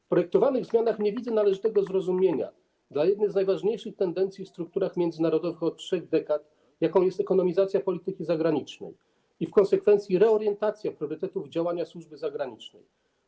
W projektowanych zmianach nie widzę należnego zrozumienia dla jednej z najważniejszych tendencji w strukturach międzynarodowych od 3 dekad, jaką jest ekonomizacja polityki zagranicznej i w konsekwencji reorientacja priorytetów działania służby zagranicznej.